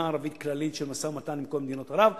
ערבית כללית למשא-ומתן עם כל מדינות ערב,